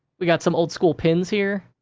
we got some old school pins here.